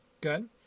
good